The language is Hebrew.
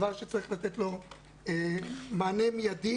זה דבר שצריך לתת לו מענה מיידי.